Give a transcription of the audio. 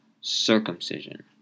circumcision